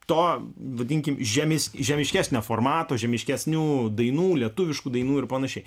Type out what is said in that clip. to vadinkim žemiškesnio formato žemiškesnių dainų lietuviškų dainų ir panašiai